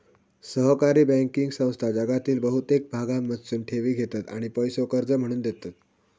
सहकारी बँकिंग संस्था जगातील बहुतेक भागांमधसून ठेवी घेतत आणि पैसो कर्ज म्हणून देतत